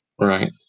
right